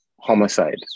homicide